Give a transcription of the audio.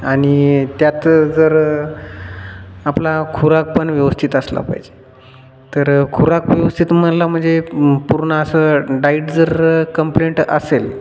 आणि त्यात जर आपला खुराक पण व्यवस्थित असला पाहिजे तर खुराक व्यवस्थित मला म्हणजे पूर्ण असं डाईट जर कंप्लेंट असेल